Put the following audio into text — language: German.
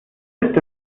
ist